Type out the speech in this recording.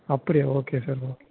அப்படியா okay sir okay